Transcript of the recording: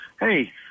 Hey